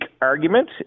argument